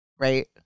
right